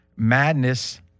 Madness